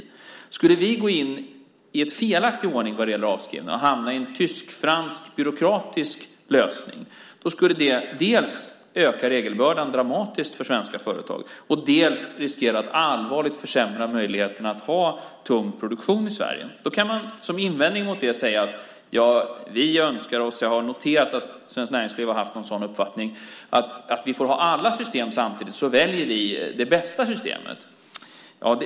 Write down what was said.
Om vi skulle gå in i en felaktig ordning vad gäller avskrivningar och hamna i en tysk-fransk byråkratisk lösning skulle det dels öka regelbördan dramatiskt för svenska företag, dels innebära en risk för att möjligheten att ha tung produktion i Sverige allvarligt försämras. Som invändning mot det kan man säga - jag har noterat att Svenskt Näringsliv har haft en sådan uppfattning - att om vi får ha alla system samtidigt så väljer vi det bästa systemet.